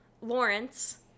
Lawrence